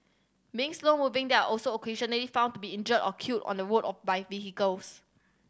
mean slow moving they are also occasionally found to be injured or killed on the road of by vehicles